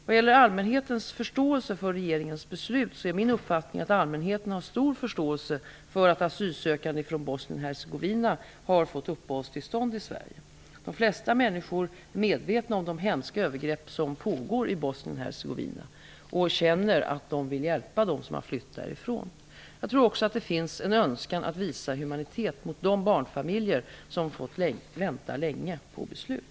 Vad gäller allmänhetens förståelse för regeringens beslut, är min uppfattning att allmänheten har stor förståelse för att asylsökande från Bosnien Hercegovina har fått upphållstillstånd i Sverige. De flesta människor är medvetna om de hemska övergrepp som pågår i Bosnien-Hercegovina och känner att de vill hjälpa dem som har flytt därifrån. Jag tror också att det finns en önskan att visa humanitet mot de barnfamiljer som fått vänta länge på beslut.